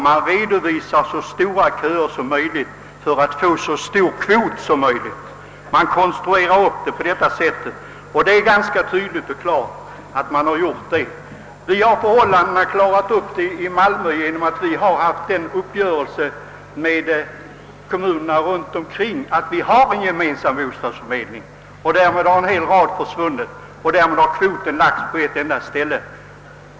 Man redovisar så stora bostadsköer som möjligt för att erhålla så stor byggnadskvot som möjligt. Vi i Malmö har ordnat förhållandena genom en upprörelse med kommunerna runt omkring om gemensam bostadsförmedling. Därmed har en hel rad köande försvunnit, och byggnadskvoten har lagts på ett enda ställe.